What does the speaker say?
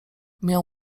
miał